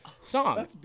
song